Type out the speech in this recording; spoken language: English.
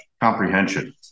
comprehension